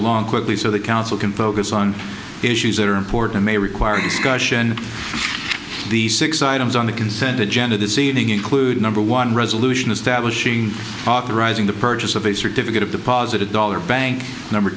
along quickly so the council can focus on issues that are important may require discussion the six items on the consent agenda this evening include number one resolution establishing authorizing the purchase of a certificate of deposit a dollar bank number